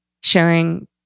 sharing